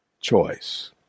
choice